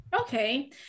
Okay